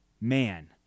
man